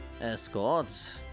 escorts